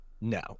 No